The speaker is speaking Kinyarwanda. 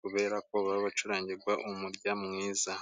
kubera ko baba bacurangirwa umurya mwiza.